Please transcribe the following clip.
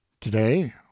Today